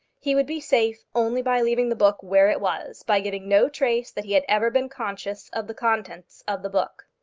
he would be safe only by leaving the book where it was, by giving no trace that he had ever been conscious of the contents of the book.